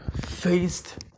faced